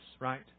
right